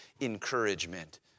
encouragement